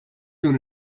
soon